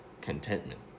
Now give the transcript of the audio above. contentment